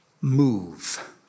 Move